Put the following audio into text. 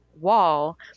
wall